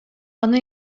аны